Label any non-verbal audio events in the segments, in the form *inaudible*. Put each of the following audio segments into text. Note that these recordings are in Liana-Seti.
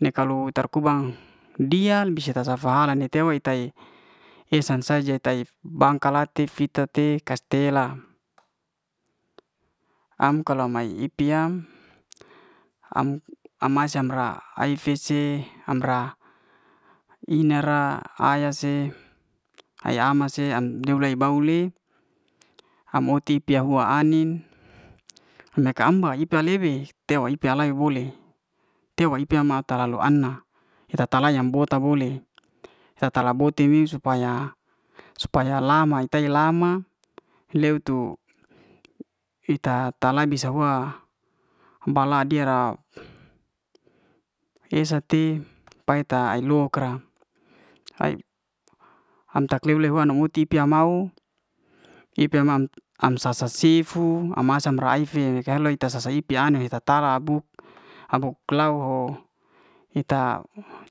Ne kalau tar'kubang dia'l *unintelligible* sa- sa fa'hala ni teo ita i es'san saja tai bangka latif fi'ta te cas'tela angka la mae ipi'yam am masa'bra ai fece am'bra ina ra ayah se, ay ama'se am'dul de bau'le am uti'tiu hua ai'nin ne'ka amba nika ta lefi teo ita lay'houle, te'o ita ma talalu an'na ita- ta'lae na bo'ta boleh, ita tala bout'ti wi supaya supaya lama ita he'i lama *hesitation* leu'tu ita labis sa'huan bala dira esa te paya ta ai'lukra. *hesitation* am tak' leu- leu nak nu'muti pia mau ip'te mam sa- sa sifu am masa ra'ai fe kar'loi ta sa- sa ni pe ai'nin sa 'ala a'buk *hesitation* a'buk lau o ita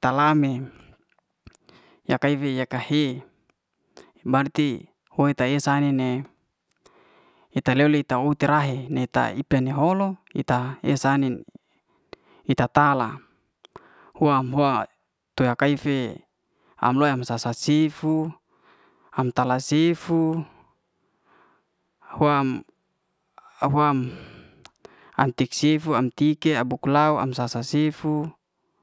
la'me ya kaifi yak ka he bar hoe ta esa ni'ne ita lo'li ita ut'tra he ne ta ita ni ho'lo, ita esa ai'nin, ita tala, hu'wam hua, tu ya kai'fe am lomya si sa- sa sifu, am tala sifu, *hesitation* am'ti ke, abuk laou am sa- sa sifu.